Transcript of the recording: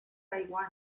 taiwán